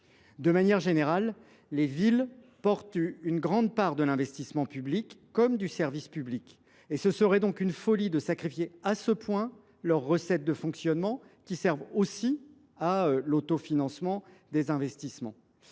De manière générale, les villes portent une grande part de l’investissement public comme du service public. Ce serait donc une folie de sacrifier à ce point leurs recettes de fonctionnement, qui servent aussi à l’autofinancement des investissements.